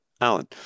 Alan